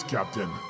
Captain